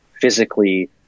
physically